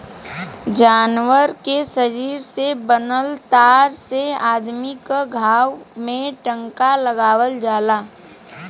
जानवर के शरीर से बनल तार से अदमी क घाव में टांका लगावल जाला